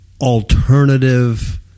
alternative